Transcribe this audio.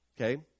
Okay